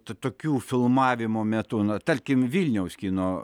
tų tokių filmavimo metu na tarkim vilniaus kino